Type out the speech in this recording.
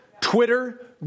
Twitter